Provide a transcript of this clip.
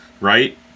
Right